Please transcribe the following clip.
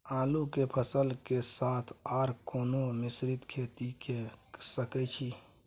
आलू के फसल के साथ आर कोनो मिश्रित खेती के सकैछि?